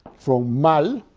from mal,